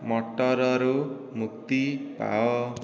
ମଟରରୁ ମୁକ୍ତି ପାଅ